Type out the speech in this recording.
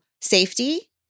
safety